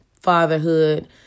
fatherhood